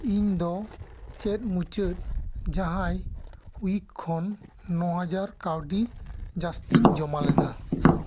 ᱤᱧ ᱫᱚ ᱪᱮᱫ ᱢᱩᱪᱟᱹᱫ ᱡᱟᱦᱟᱸᱭ ᱩᱭᱤᱠ ᱠᱷᱞᱚᱱ ᱱᱚ ᱦᱟᱡᱟᱨ ᱠᱟᱹᱣᱰᱤ ᱡᱟᱥᱛᱤᱧ ᱡᱚᱢᱟ ᱞᱮᱫᱟ